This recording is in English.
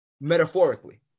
metaphorically